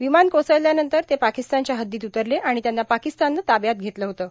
विमान कोसळल्यानंतर ते पाकिस्तानच्या हद्दीत उतरले आणि त्यांना पाकिस्ताननं ताब्यात घेतलं होतं